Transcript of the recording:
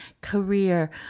career